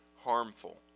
harmful